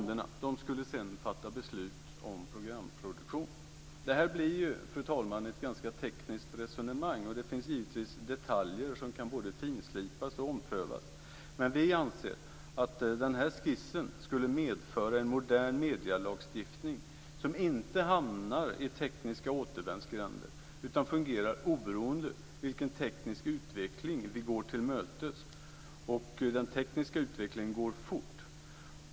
Dessa fonder skulle sedan fatta beslut om programproduktion. Det här blir, fru talman, ett ganska tekniskt resonemang. Det finns givetvis detaljer som kan både finslipas och omprövas, men vi anser att den här skissen skulle medföra en modern medielagstiftning som inte hamnar i tekniska återvändsgränder utan fungerar oberoende av vilken teknisk utveckling vi går till mötes. Och den tekniska utvecklingen går fort.